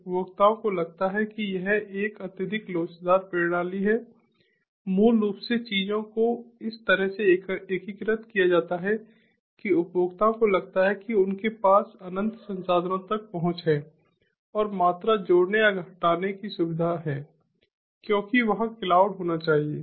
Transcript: उपभोक्ताओं को लगता है कि यह एक अत्यधिक लोचदार प्रणाली है मूल रूप से चीजों को इस तरह से एकीकृत किया जाता है कि उपभोक्ताओं को लगता है कि उनके पास अनंत संसाधनों तक पहुंच है और मात्रा जोड़ने या हटाने की सुविधा है क्योंकि वहां क्लाउड होना चाहिए